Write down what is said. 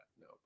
no